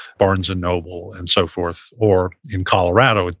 barnes and noble and so forth, or in colorado, and